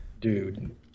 Dude